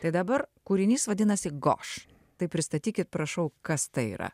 tai dabar kūrinys vadinasi goš tai pristatykit prašau kas tai yra